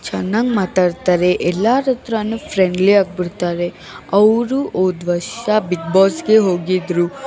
ಚೆನ್ನಾಗಿ ಮಾತಾಡ್ತಾರೆ ಎಲ್ಲಾರಹತ್ರ ಫ್ರೆಂಡ್ಲಿ ಆಗಿಬಿಡ್ತಾರೆ ಅವರು ಹೋದ ವರ್ಷ ಬಿಗ್ ಬಾಸ್ಗೆ ಹೋಗಿದ್ರು